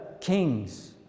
kings